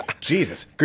Jesus